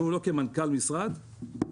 אפילו לא כמנכ"ל משרד,